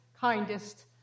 kindest